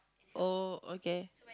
oh okay